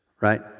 right